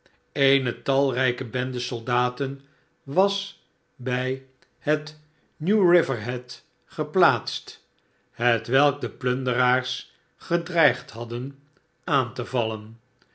eene talrijke bende soldaten was bij het n e w r i v e rhead geplaatst hetwelk de plunderaars gedreigd hadden aan te vallen